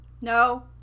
No